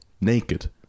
naked